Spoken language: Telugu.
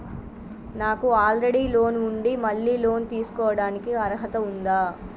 నాకు ఆల్రెడీ లోన్ ఉండి మళ్ళీ లోన్ తీసుకోవడానికి అర్హత ఉందా?